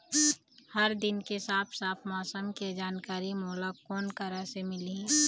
हर दिन के साफ साफ मौसम के जानकारी मोला कोन करा से मिलही?